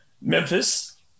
Memphis